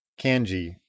Kanji